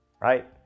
right